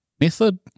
method